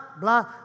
blah